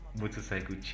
Motorcycle